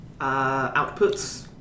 outputs